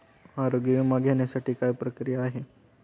आरोग्य विमा घेण्यासाठी काय प्रक्रिया आहे?